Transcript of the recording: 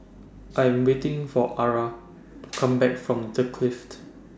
I Am waiting For Arah to Come Back from The Clift